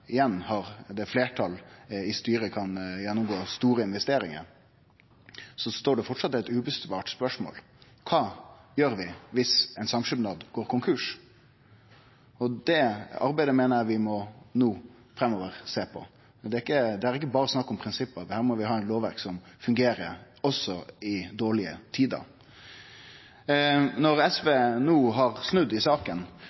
igjen har fleirtalet i styret som kan gjennomgå store investeringar, så står det framleis eit spørsmål igjen: Kva gjer vi dersom ein samskipnad går konkurs? Det arbeidet meiner eg vi no framover må sjå på. Det er ikkje berre snakk om prinsipp, her må vi ha eit lovverk som fungerer også i dårlege tider. Når